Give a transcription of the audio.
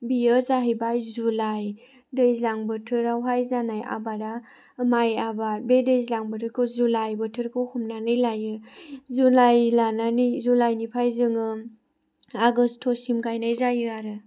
बियो जाहैबाय जुलाइ दैज्लां बोथोरावहाय जानाय आबादा माइ आबाद बे दैज्लां बोथोरखौ जुलाइ बोथोरखौ हमनानै लायो जुलाइ लानानै जुलाइनिफ्राय जोङो आगस्टसिम गायनाय जायो आरो